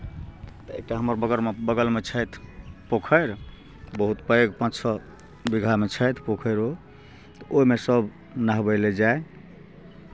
तऽ एक टा हमर बगरमे बगलमे छथि पोखरि बहुत पैघ पाँच छओ बीघामे छथि पोखरि ओ ओहिमे सभ नहबै लए जाए